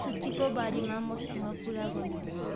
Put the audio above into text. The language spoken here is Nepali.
सूचीको बारीमा मसँग कुरा गर्नुहोस्